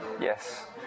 yes